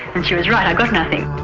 and she was right, i got nothing.